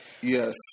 Yes